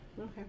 Okay